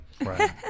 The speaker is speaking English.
Right